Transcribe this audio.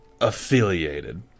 affiliated